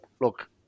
look